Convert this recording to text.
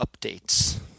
updates